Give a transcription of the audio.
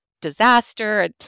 disaster